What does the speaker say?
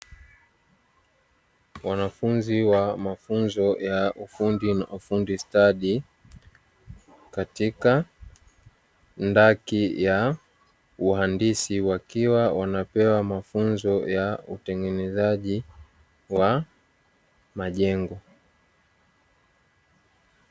Wanafunzi wa mafunzo ya ufundi na ufundi stadi katika ndaki ya uhandisi, wakiwa wanapewa mafunzo ya utengenezaji wa majengo.